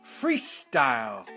Freestyle